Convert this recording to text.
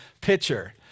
pitcher